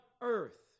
earth